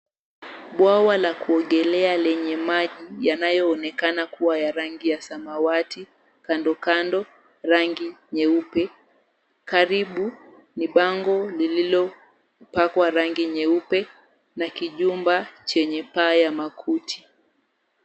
Bwawa la kuogelea lenye maji yanayoonekana kuwa rangi ya samawati, kando kando rangi nyeupe. Karibu, ni bango lililopakwa rangi nyeupe na kijumba chenye paa ya makuti.